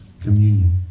communion